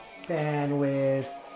bandwidth